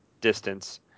distance